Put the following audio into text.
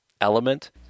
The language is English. element